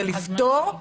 זה לפתור,